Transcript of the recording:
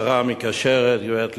השרה המקשרת גברת לבנת,